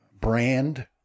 brand